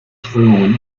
strömungen